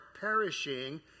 perishing